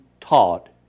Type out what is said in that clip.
taught